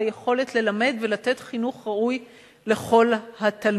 על היכולת ללמד ולתת חינוך ראוי לכל התלמידים.